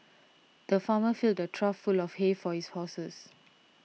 the farmer filled a trough full of hay for his horses